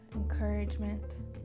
encouragement